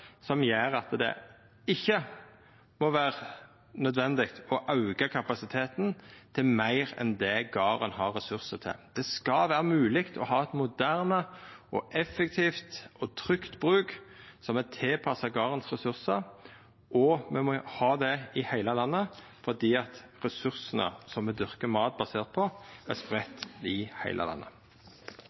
som gjer at det ikkje må vera nødvendig å auka kapasiteten til meir enn det garden har ressursar til. Det skal vera mogleg å ha eit moderne, effektivt og trygt bruk som er tilpassa ressursane på garden, og me må ha det i heile landet fordi ressursane som me dyrkar mat basert på, er spreidde i heile landet.